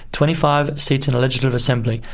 twenty five seats in the legislative assembly.